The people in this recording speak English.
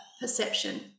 perception